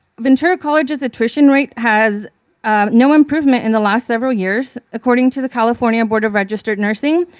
ventura college's attrition rate has no improvement in the last several years according to the california board of registered nursing.